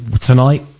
tonight